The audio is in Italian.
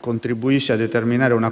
contribuisce a determinare una quota significativa di detenuti, cioè il Marocco.